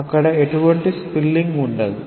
అక్కడ ఎటువంటి స్పిల్లింగ్ లేదు